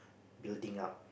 building up